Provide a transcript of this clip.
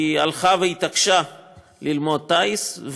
היא הלכה והתעקשה ללמוד טיס,